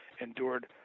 endured